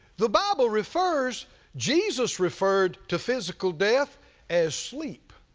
the bible refers jesus referred to physical death as sleep.